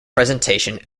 presentation